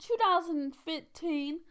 2015